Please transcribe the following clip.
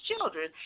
children